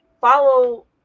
follow